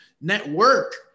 network